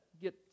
get